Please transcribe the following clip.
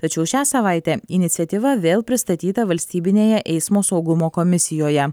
tačiau šią savaitę iniciatyva vėl pristatyta valstybinėje eismo saugumo komisijoje